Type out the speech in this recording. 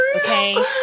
Okay